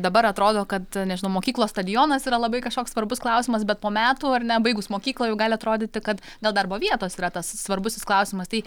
dabar atrodo kad nežinau mokyklos stadionas yra labai kažkoks svarbus klausimas bet po metų ar ne baigus mokyklą jau gali atrodyti kad gal darbo vietos yra tas svarbusis klausimas tai